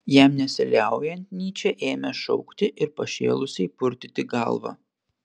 jam nesiliaujant nyčė ėmė šaukti ir pašėlusiai purtyti galvą